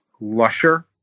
lusher